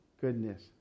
goodness